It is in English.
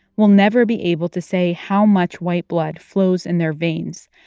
will never be able to say how much white blood flows in their veins,